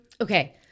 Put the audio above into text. Okay